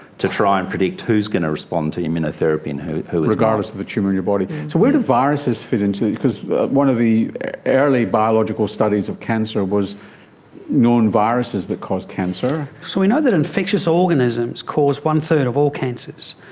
to try and predict who's going to respond to immunotherapy and who isn't. regardless of the tumour in your body. so where do viruses fit into it, because one of the early biological studies of cancer was known viruses that cause cancer. so we know that infectious organisms cause one third of all cancers.